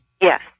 Yes